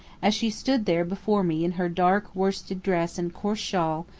as she stood there before me in her dark worsted dress and coarse shawl,